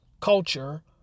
culture